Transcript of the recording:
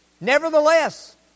Nevertheless